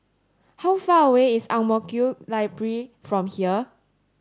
how far away is Ang Mo Kio Library from here